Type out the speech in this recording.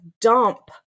dump